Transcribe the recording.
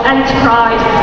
Enterprise